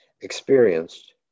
experienced